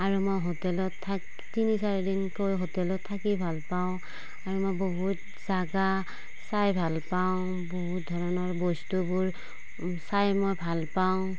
আৰু মই হোটেলত থাকি তিনি চাৰি দিনকৈ হোটেলত থাকি ভাল পাওঁ আৰু মই বহুত জাগা চাই ভাল পাওঁ বহু ধৰণৰ বস্তুবোৰ চাই মই ভাল পাওঁ